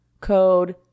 code